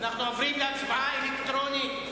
אנחנו עוברים להצבעה אלקטרונית.